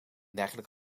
dergelijk